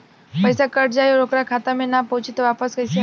पईसा कट जाई और ओकर खाता मे ना पहुंची त वापस कैसे आई?